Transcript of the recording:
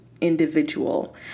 individual